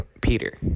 Peter